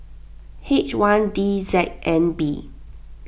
H one D Z N B